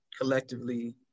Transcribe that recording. collectively